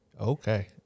Okay